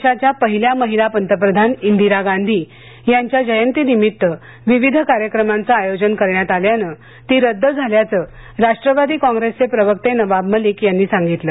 देशाच्या पहिल्या महिला पंतप्रधान इंदिरा गांधी यांच्या जयंतीनिमित्त विविध कार्यक्रमांचं आयोजन करण्यात आल्यानं ती रद्द झाल्याचं राष्ट्रवादी कॉंग्रेसचे प्रवक्ते नवाब मलिक यांनी सांगितलं